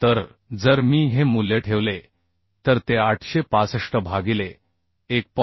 तर जर मी हे मूल्य ठेवले तर ते 865 भागिले 1